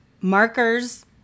markers